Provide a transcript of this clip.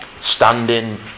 Standing